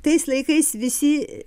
tais laikais visi